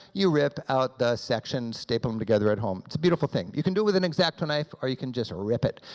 you rip out the section, staple them together at home. it's a beautiful thing, you can do with an x-acto knife or you can just rip it.